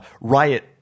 riot